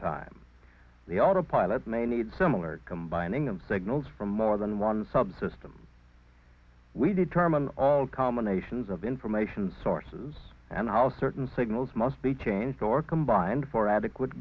time the autopilot may need similar combining them signals from more than one subsystem we determine all combinations of information sources and how certain signals must be changed or combined for adequate